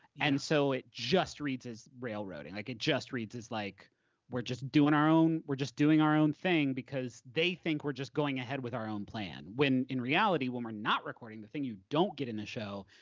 and so it just reads is railroading. like it just reads as like we're just doing our own, we're just doing our own thing because they think we're just going ahead with our own plan, when in reality when we're not recording, the thing you don't get in a show,